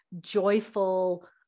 joyful